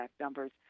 numbers